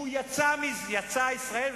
יצאה מזה ישראל,